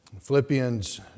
Philippians